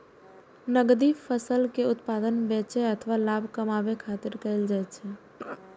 नकदी फसल के उत्पादन बेचै अथवा लाभ कमबै खातिर कैल जाइ छै